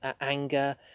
anger